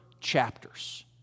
chapters